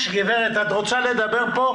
גברת, את רוצה לדבר כאן?